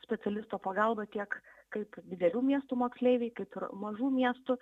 specialisto pagalba tiek kaip didelių miestų moksleiviai kitur mažų miestų